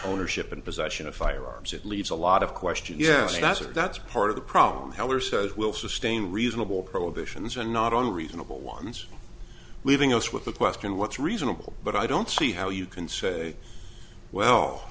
ownership and possession of firearms it leaves a lot of question yes that's what that's part of the problem heller says will sustain reasonable prohibitions and not on reasonable ones leaving us with the question what's reasonable but i don't see how you can say well